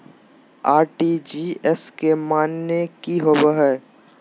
RTGS के माने की होबो है?